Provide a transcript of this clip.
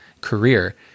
career